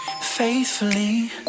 faithfully